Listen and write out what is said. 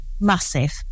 massive